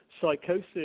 psychosis